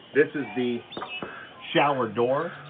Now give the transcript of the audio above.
this is the shower door